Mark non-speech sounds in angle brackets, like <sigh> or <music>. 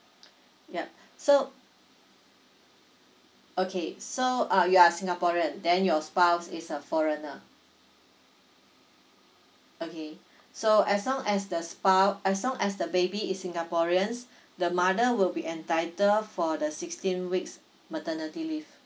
yup <breath> so okay so uh you are singaporean then your spouse is a foreigner okay <breath> so as long as the spouse as long as the baby is singaporeans <breath> the mother will be entitled for the sixteen weeks maternity leave